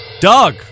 Doug